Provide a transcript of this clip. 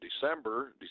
December